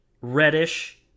Reddish